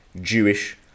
Jewish